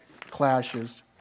clashes